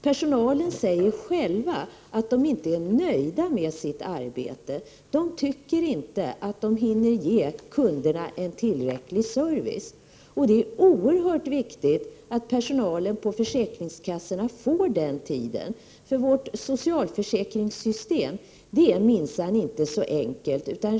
Personalen säger själv att den inte är nöjd med sitt arbete. Den tycker inte att den hinner ge kunderna en tillräcklig service. Det är oerhört viktigt att personalen på försäkringskassorna får den tiden till förfogande, för vårt socialförsäkringssystem är minsann inte så enkelt.